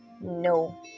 No